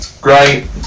great